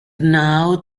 now